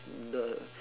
the